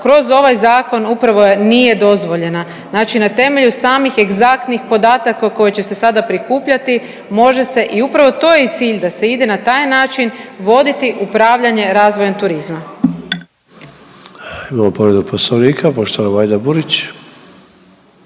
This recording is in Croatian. kroz ovaj zakon upravo je nije dozvoljena, znači na temelju samih egzaktnih podataka koje će se sada prikupljati može se i upravo to je i cilj da se ide na taj način voditi upravljanje razvojem turizma. **Sanader, Ante (HDZ)** Imamo povredu poslovnika poštovana Majda Burić.